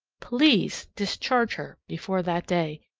please discharge her before that day!